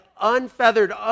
unfeathered